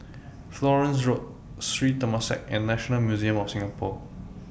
Florence Road Sri Temasek and National Museum of Singapore